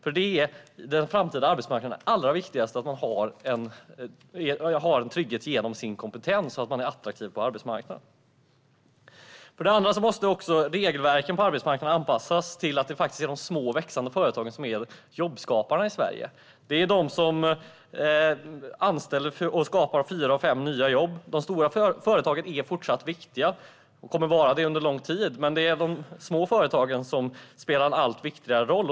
På den framtida arbetsmarknaden är nämligen det allra viktigaste att man har en trygghet genom sin kompetens och att man är attraktiv på arbetsmarknaden. För det andra måste regelverken på arbetsmarknaden anpassas till det faktum att det är de små och växande företagen som är jobbskaparna i Sverige. Det är de som anställer och de som skapar fyra av fem nya jobb. De stora företagen är fortsatt viktiga och kommer att vara det under lång tid, men de små företagen spelar en allt viktigare roll.